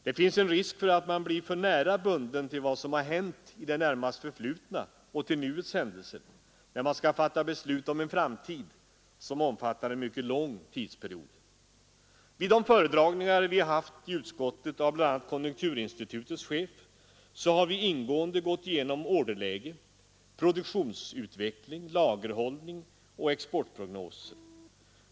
Det finns en risk att man blir för nära bunden till vad som har hänt i det närmast förflutna och till nuets händelser, när man skall fatta beslut om en framtid som omfattar en mycket lång tidsperiod. Vid de fördragningar vi haft i utskottet av bl.a. konjunkturinstitutets chef har vi ingående gått igenom orderläge, produktionsutveckling, lagerhållning och exportprognoser.